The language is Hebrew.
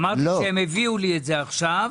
אמרתי שהם הביאו לי את זה עכשיו.